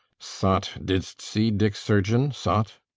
sot, didst see dick surgeon, sot?